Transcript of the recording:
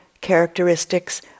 characteristics